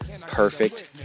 Perfect